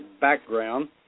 background